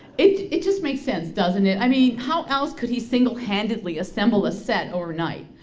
it it just makes sense, doesn't it? i mean how else could he single-handedly assemble a set overnight.